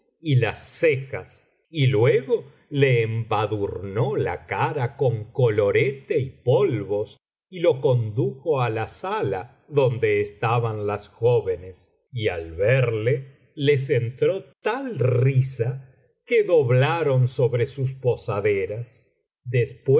y las cejas y luego le embadurnó la cara con colorete y polvos y lo condujo á la sala donde estaban las jóvenes y al verle les entró tal risa que doblaron sobre sus posaderas